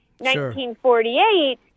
1948